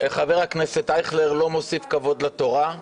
חבר הכנסת אייכלר לא מוסיף כבוד לתורה,